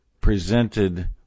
presented